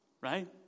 Right